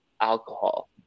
alcohol